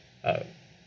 uh